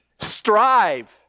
Strive